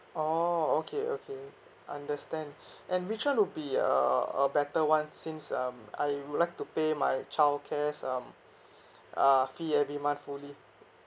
oh okay okay understand and which one would be a a better [one] since um I would like to pay my childcare's um uh fee every month fully